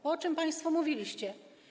Bo o czym państwo mówiliście?